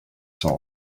soul